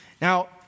Now